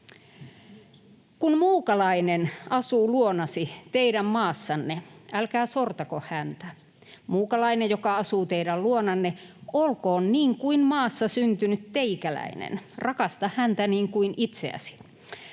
"Kun muukalainen asuu luonasi teidän maassanne, älkää sortako häntä. Muukalainen, joka asuu teidän luonanne, olkoon niin kuin maassa syntynyt teikäläinen. Rakasta häntä niin kuin itseäsi".